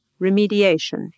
remediation